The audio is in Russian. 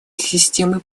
системы